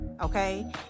Okay